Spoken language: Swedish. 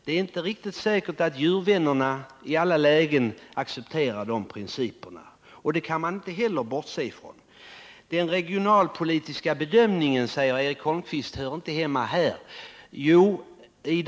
Det är inte helt säkert att djurvännerna i alla lägen accepterar dessa principer, vilket man inte kan bortse ifrån. Den regionalpolitiska bedömningen, säger Eric Holmqvist, hör inte hemma här. Jo, det gör den.